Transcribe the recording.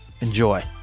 enjoy